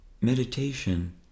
meditation